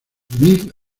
mil